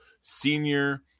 senior